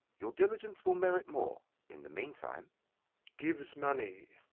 your diligence will merit more. in the meantime gives money